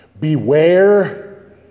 beware